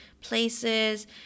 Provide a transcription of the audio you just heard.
places